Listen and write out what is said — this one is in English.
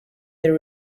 their